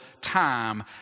time